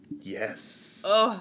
Yes